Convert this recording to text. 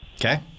Okay